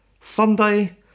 Sunday